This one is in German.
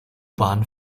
bahn